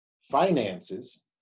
finances